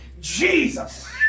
Jesus